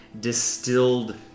distilled